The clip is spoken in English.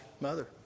mother